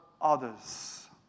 others